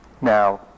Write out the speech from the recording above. Now